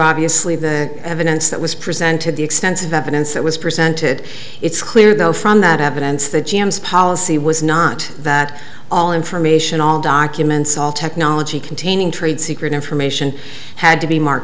obviously the evidence that was presented the extensive evidence that was presented it's clear though from that happen and the policy was not that all information all documents all technology containing trade secret information had to be mark